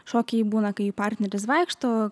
šokiai būna kai partneris vaikšto